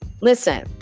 Listen